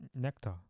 Nectar